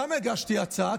למה הגשתי הצעה?